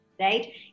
Right